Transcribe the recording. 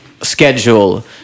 schedule